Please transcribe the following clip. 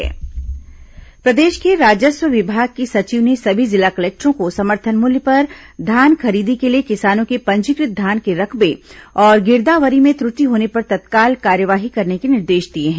धान खरीदी निर्देश प्रदेश के राजस्व विभाग की सचिव ने सभी जिला कलेक्टरों को समर्थन मूल्य पर धान खरीदी के लिए किसानों के पंजीकृत धान के रकबे और गिरदावरी में त्रटि होने पर तत्काल कार्यवाही करने के निर्देश दिए हैं